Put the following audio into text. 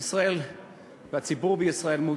ישראל והציבור בישראל,